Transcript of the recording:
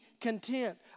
content